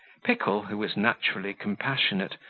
pickle, who was naturally compassionate,